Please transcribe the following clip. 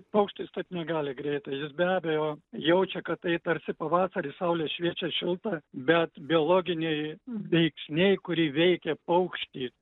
paukštis taip negali greitai jis be abejo jaučia kad tai tarsi pavasaris saulė šviečia šilta bet biologiniai veiksniai kurie veikia paukštį